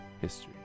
history